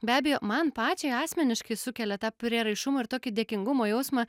be abejo man pačiai asmeniškai sukelia tą prieraišumą ir tokį dėkingumo jausmą